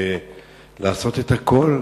ועלינו לעשות את הכול,